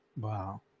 Wow